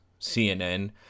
CNN